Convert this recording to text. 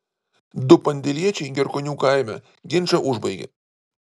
du pandėliečiai gerkonių kaime ginčą užbaigė